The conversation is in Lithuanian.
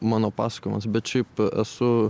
mano pasakojimas bet šiaip esu